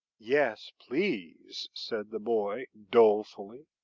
yes, please, said the boy, dolefully.